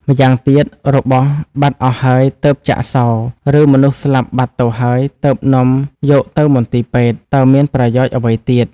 ម្យ៉ាងទៀត របស់បាត់អស់ហើយ ទើបចាក់សោរ ឬមនុស្សស្លាប់បាត់ទៅហើយ ទើបនាំយកទៅមន្ទីរពេទ្យ តើមានប្រយោជន៍អ្វីទៀត ។